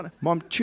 Mom